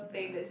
yeah